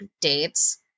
dates